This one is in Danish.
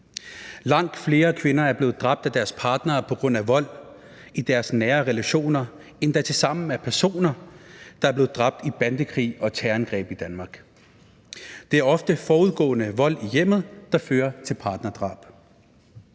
Langt flere kvinder er blevet dræbt af deres partner på grund af vold i deres nære relationer, end der tilsammen er personer, der er blevet dræbt i bandekrige og terrorangreb i Danmark. Det er ofte forudgående vold i hjemmet, der fører til et partnerdrab.